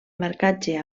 marcatge